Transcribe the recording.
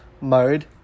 mode